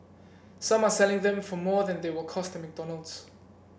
some are selling them for more than they will cost at McDonald's